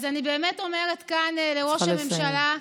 אז אני באמת אומרת כאן לראש הממשלה: